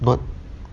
no~